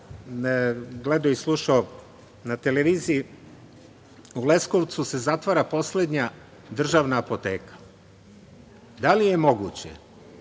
gledao i slušao na televiziji u Leskovcu se zatvara poslednja državna apoteka. Da li je moguće